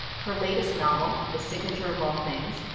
her latest novel, the signature of all things,